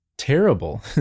terrible